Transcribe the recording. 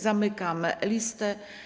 Zamykam listę.